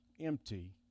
empty